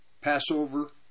Passover